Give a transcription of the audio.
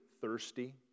thirsty